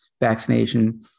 vaccination